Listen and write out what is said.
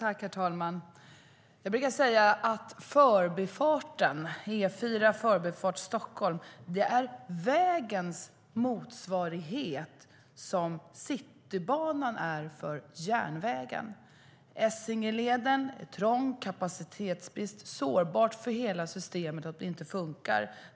Herr talman! Jag brukar säga att Förbifart Stockholm är för vägen vad Citybanan är för järnvägen. Essingeleden är trång. Det är kapacitetsbrist, och det är sårbart för hela systemet att det inte funkar.